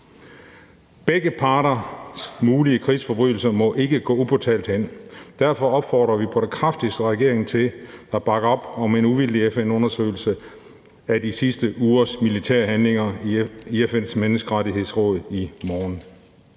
Begge parters mulige krigsforbrydelser må ikke gå upåtalt hen. Derfor opfordrer vi på det kraftigste regeringen til at bakke op om en uvildig FN-undersøgelse af de sidste ugers militære handlinger i FN's Menneskerettighedsråd i morgen.